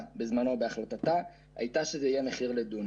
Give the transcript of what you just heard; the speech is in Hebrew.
בזמנו בהחלטתה היא שהכוונה היא למחיר לדונם.